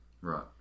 Right